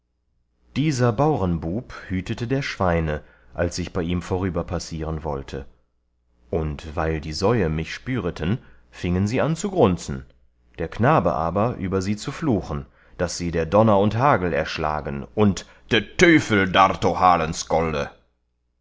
dieser baurenbub hütete der schweine als ich bei ihm vorüberpassieren wollte und weil die säue mich spüreten fiengen sie an zu grunzen der knabe aber über sie zu fluchen daß sie der donner und hagel erschlagen und de tüfel